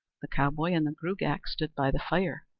the cowboy and the gruagach stood by the fire.